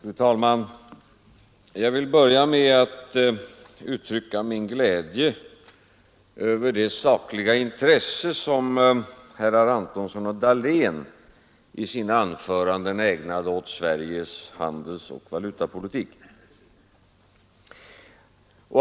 Fru talman! Jag vill börja med att uttrycka min glädje över det sakliga intress2 som herrar Antonsson och Dahlén i sina anföranden ägnade åt Sveriges handelsoch valutapolitik.